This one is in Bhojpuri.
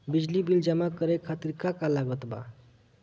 बिजली बिल जमा करे खातिर का का लागत बा?